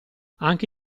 anche